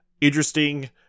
interesting